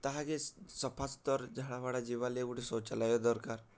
ତାହାକେ ସଫାସୁତର୍ ଝାଡ଼ାଫାଡ଼ା ଯିବାର୍ ଲାଗି ଗୁଟେ ଶୌଚାଳୟ ଦର୍କାର୍